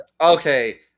okay